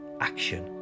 action